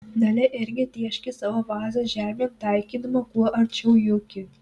dalia irgi tėškė savo vazą žemėn taikydama kuo arčiau juki